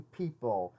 people